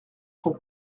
son